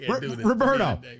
Roberto